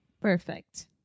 Perfect